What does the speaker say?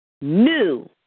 new